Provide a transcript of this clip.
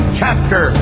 chapter